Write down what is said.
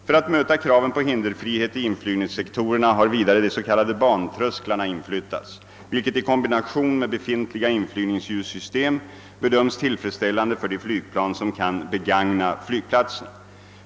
För att möta kraven på hinderfrihet i inflygningssektorerna har vidare de s.k. bantrösklarna inflyttats, vilket i kombination med befintliga inflygningsljussystem bedöms tillfredsställande för de flygplan som kan begagna flygplatsen.